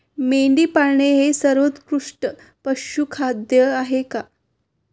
मेंढी पाळणे हे सर्वोत्कृष्ट पशुखाद्य आहे का?